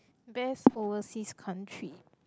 best overseas country